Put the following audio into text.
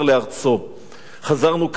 חזרנו לכאן, לבנות את ערינו.